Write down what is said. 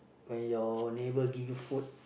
when your neighbour give you food